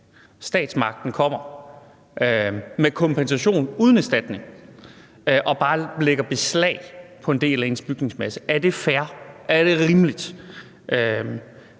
statsmagten – kommer med kompensation uden erstatning og bare lægger beslag på en del af ens bygningsmasse? Er det fair? Er det rimeligt?